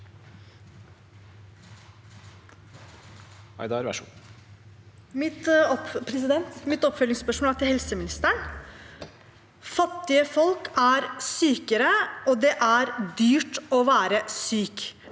Mitt oppfølgingsspørs- mål er til helseministeren. Fattige folk er sykere, og det er dyrt å være syk,